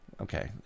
okay